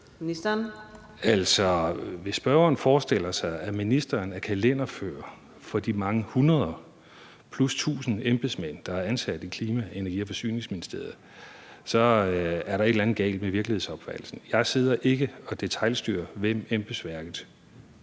Hvis spørgeren forestiller sig, at ministeren er kalenderfører for de plus tusind embedsmænd, der er ansat i Klima-, Energi- og Forsyningsministeriet, så er der et eller andet galt med virkelighedsopfattelsen. Jeg sidder ikke og detailstyrer, hvem embedsværket